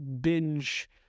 binge